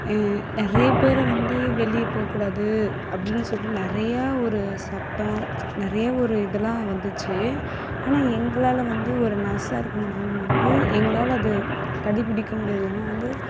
நிறைய பேரை வந்து வெளியே போகக்கூடாது அப்படின்னு சொல்லிட்டு நிறையா ஒரு சட்டம் நிறைய ஒரு இதுலாம் வந்துச்சு ஆனால் எங்களால் வந்து ஒரு நர்ஸாக இருக்கிற நாங்கள் வந்து எங்களால் அது கடைப்பிடிக்க முடியாது ஏன்னா வந்து